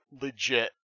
legit